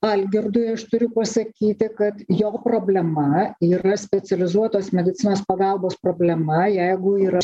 algirdui aš turiu pasakyti kad jo problema yra specializuotos medicinos pagalbos problema jeigu yra